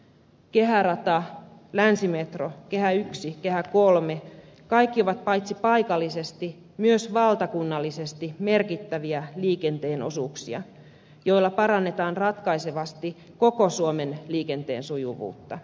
kehärata länsimetro kehä i ja kehä iii ovat kaikki paitsi paikallisesti myös valtakunnallisesti merkittäviä liikenteen osuuksia joilla parannetaan ratkaisevasti koko suomen liikenteen sujuvuutta